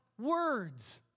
words